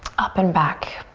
up and back.